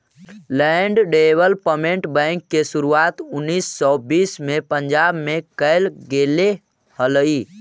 land development bank के शुरुआत उन्नीस सौ बीस में पंजाब में कैल गेले हलइ